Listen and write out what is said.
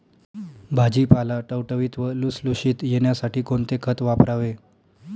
भाजीपाला टवटवीत व लुसलुशीत येण्यासाठी कोणते खत वापरावे?